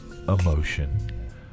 emotion